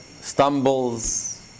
stumbles